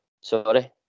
sorry